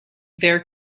their